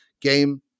game